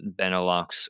Benelux